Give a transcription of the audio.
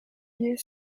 lier